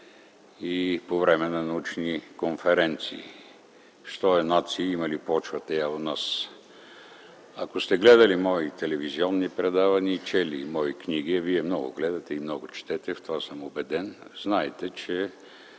и по време на научни конференции: Що е нация и има ли тя почва у нас? Ако сте гледали мои телевизионни предавания и чели мои книги, а Вие много гледате и много четете, в това съм убеден, знаете, че